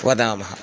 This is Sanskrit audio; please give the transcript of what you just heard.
वदामः